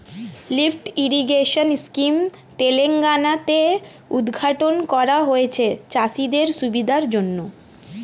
lift irrigation scheme Telangana তে উদ্ঘাটন করা হয়েছে চাষিদের সুবিধার জন্যে